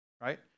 right